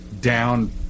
down